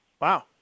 Wow